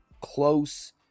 close